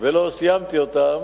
ולא סיימתי אותם,